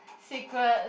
secret